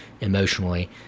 emotionally